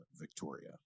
Victoria